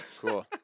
Cool